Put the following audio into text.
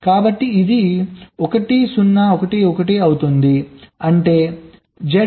కాబట్టి ఇది 1 0 1 1 1 అవుతుంది అంటే Z